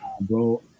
Bro